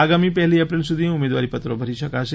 આગામી પહેલી એપ્રિલ સુધી ઉમેદવારીપત્રો ભરી શકાશે